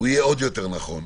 יהיה עוד יותר נכון.